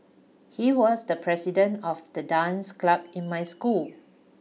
he was the president of the dance club in my school